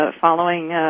following